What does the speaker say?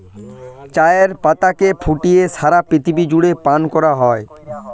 চায়ের পাতাকে ফুটিয়ে সারা পৃথিবী জুড়ে পান করা হয়